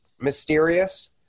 mysterious